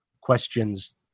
questions